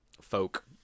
folk